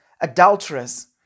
adulterers